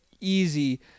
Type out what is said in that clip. easy